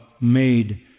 made